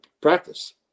practice